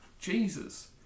Jesus